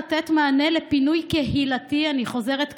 לתת מענה לפינוי קהילתי אני חוזרת,